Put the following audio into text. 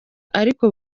ariko